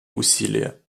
усилия